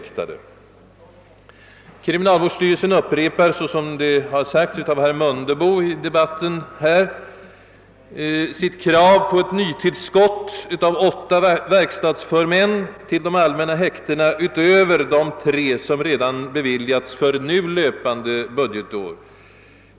Kriminalvårdsstyrelsen upprepar, såsom framhållits av herr Mundebo i dehatten, sitt krav på ett nytillskott av åtta verkstadsförmän till de allmänna häktena utöver de tre som det redan beviljats medel till för löpande budgetår.